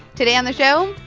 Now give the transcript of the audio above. today on the show,